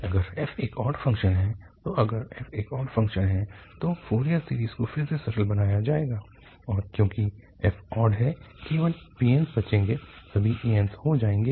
अगर f एक odd function है तो अगर f एक ऑड फ़ंक्शन है तो फोरियर सीरीज़ को फिर से सरल बनाया जाएगा और क्योंकि f ऑड है केवल bns बचेंगे सभी ans 0 हो जाएंगे